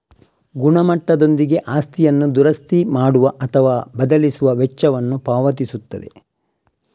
ಗುಣಮಟ್ಟದೊಂದಿಗೆ ಆಸ್ತಿಯನ್ನು ದುರಸ್ತಿ ಮಾಡುವ ಅಥವಾ ಬದಲಿಸುವ ವೆಚ್ಚವನ್ನು ಪಾವತಿಸುತ್ತದೆ